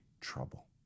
trouble